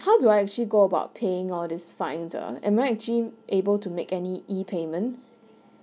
how do I actually go about paying all these fines ah am I actually able to make any E payment